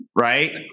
Right